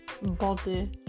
body